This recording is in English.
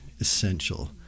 essential